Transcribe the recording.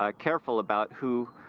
ah careful about who,